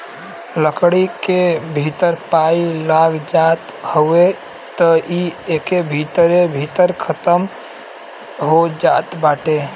लकड़ी के भीतर पाई लाग जात हवे त इ एके भीतरे भीतर खतम हो जात बाटे